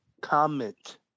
comment